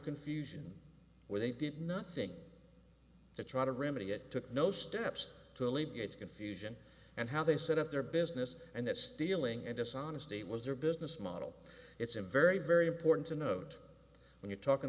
confusion with a deep nothing to try to remedy it took no steps to alleviate confusion and how they set up their business and the stealing and dishonesty was their business model it's a very very important to note when you're talking